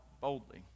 boldly